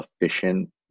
efficient